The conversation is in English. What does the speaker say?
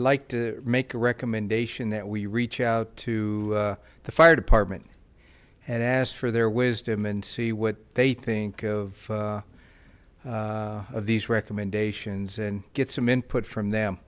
like to make a recommendation that we reach out to the fire department and ask for their wisdom and see what they think of of these recommendations and get some input from them